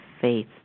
faith